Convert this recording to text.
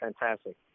fantastic